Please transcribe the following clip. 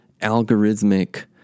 algorithmic